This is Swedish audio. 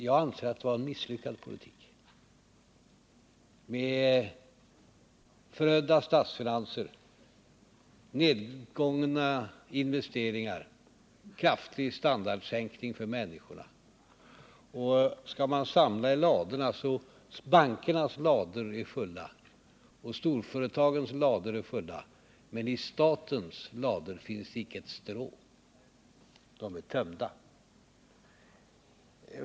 Jag anser att det var en misslyckad politik som fördes, med förödda statsfinanser, nedgångna investeringar och en kraftig standardsänkning för människorna som följd. Bankernas och storföretagens lador är förvisso fulla, men i statens lador finns icke ett strå — de är tömda.